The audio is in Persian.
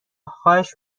خواهش